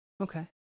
okay